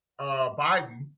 Biden